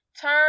turn